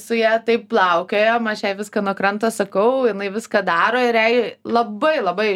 su ja taip plaukiojam aš jai viską nuo kranto sakau jinai viską daro ir jai labai labai